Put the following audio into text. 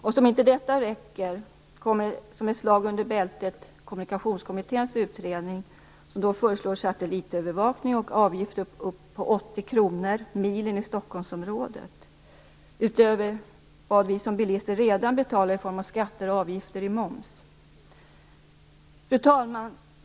Och som om inte detta räcker kommer, som ett slag under bältet, Kommunikationskommitténs utredning där man föreslår satellitövervakning och avgifter på upp till 80 kr milen i Stockholmsområdet utöver vad vi som bilister redan betalar i form av skatter och avgifter i moms. Fru talman!